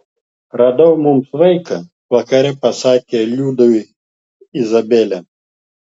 radau mums vaiką vakare pasakė liudui izabelė